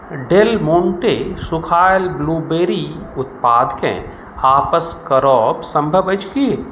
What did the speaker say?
Dell Monte सूखायल blueberry उत्पादकेँ वापस करब सम्भव अछि की